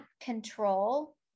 control